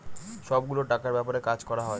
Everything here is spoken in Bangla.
সব গুলো টাকার ব্যাপারে কাজ করা হয়